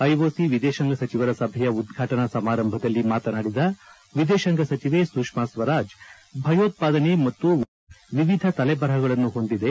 IOC ವಿದೇಶಾಂಗ ಸಚಿವರ ಸಭೆಯ ಉದ್ವಾಟನಾ ಸಮಾರಂಭದಲ್ಲಿ ಮಾತನಾಡಿದ ವಿದೇಶಾಂಗ ಸಚಿವೆ ಸುಷ್ನಾ ಸ್ವರಾಜ್ ಭಯೋತ್ಪಾದನೆ ಮತ್ತು ಉಗ್ರವಾದತ್ವ ವಿವಿಧ ತಲೆಬರಹಗಳನ್ನು ಹೊಂದಿದೆ